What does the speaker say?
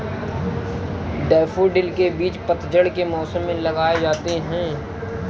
daffodil के बीज पतझड़ के मौसम में लगाए जाते हैं